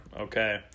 Okay